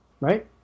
right